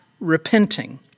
repenting